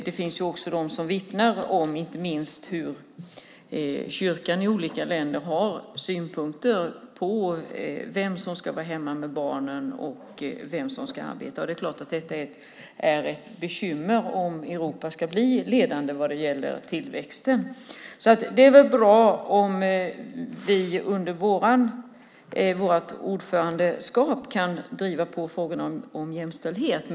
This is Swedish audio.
Det finns de som vittnar inte minst om hur kyrkan i olika länder har synpunkter på vem som ska vara hemma med barnen och vem som ska arbeta. Det är klart att detta är ett bekymmer om nu Europa ska bli ledande när det gäller tillväxten. Det är väl bra om vi under Sveriges ordförandeskap kan driva på i jämställdhetsfrågorna.